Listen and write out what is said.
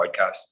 podcast